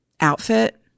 outfit